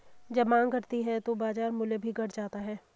जब माँग घटती है तो बाजार मूल्य भी घट जाता है